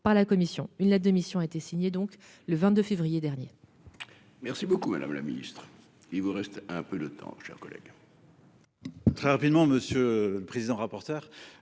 par la commission une la démission a été signé, donc le 22 février dernier.